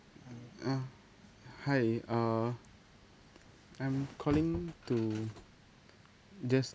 mm uh hi uh I'm calling to just